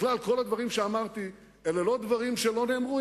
בכלל, כל הדברים שאמרתי הם לא דברים שלא נאמרו.